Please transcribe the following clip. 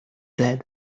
dead